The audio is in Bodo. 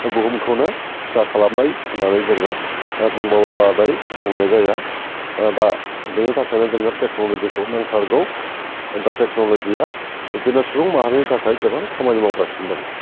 बुहुमखौनो फिसा खालामनाय होननानै जोङो दा बुंब्लाबो बांद्राय बुंनाय जाया ओ दा बेनि थाखायनो जोंनो टेक्नलजिखौ नांथारगौ दा टेक्नलजिया बिबदिनो सुबुं माहारिनि थाखाय गोबां खामानि मावगासिनो दं